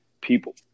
people